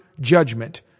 judgment